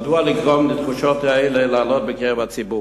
מדוע לגרום לתחושות האלה לעלות בקרב הציבור?